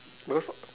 because